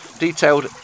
Detailed